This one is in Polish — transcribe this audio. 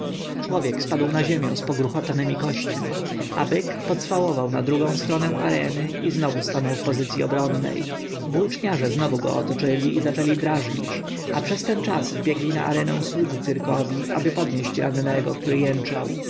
człowiek spadł na ziemię z pogruchotanemi kośćmi a byk pocwałował na drugą stronę areny i znowu stanął w pozycji obronnej włóczniarze znowu go otoczyli i zaczęli drażnić a przez ten czas wbiegli na arenę słudzy cyrkowi aby podnieść rannego który jęczał